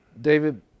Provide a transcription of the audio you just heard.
David